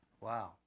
Wow